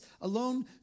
alone